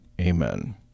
Amen